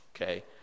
Okay